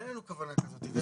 אין לנו כוונה כזאת.